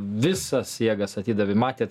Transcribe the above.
visas jėgas atidavė matėt